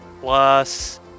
plus